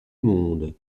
monde